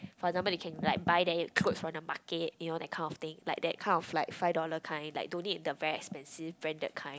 for example you can like buy then clothes on the market you know that kind of thing like that kind of like five dollar kind like no need the very expensive brand that kind